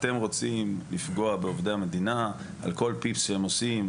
אתם רוצים לפגוע בעובדי המדינה על כל פיפס שהם עושים?